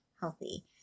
healthy